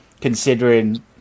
considering